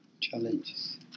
challenges